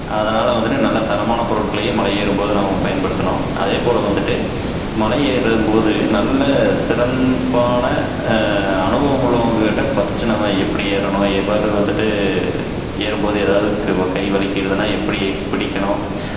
அதனால் வந்துட்டு நல்ல தரமான பொருட்களையே மலையேறும்போது நம்ம பயன்படுத்தணும் அதேபோல் வந்துட்டு மலை ஏறும்போது நல்ல சிறப்பான அனுபவமுள்ளவங்கள் கிட்டே ஃபஸ்ட்டு நம்ம எப்படி ஏறணும் எவ்வாறு வந்துட்டு ஏறும்போது ஏதாவது கு கை வழுக்கிடுதுன்னா எப்படி பிடிக்கணும்